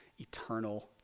eternal